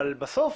אבל בסוף